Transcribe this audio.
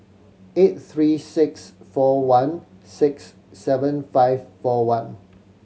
eight three six four one six seven five four one